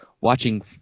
watching